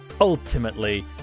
ultimately